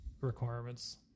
requirements